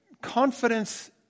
confidence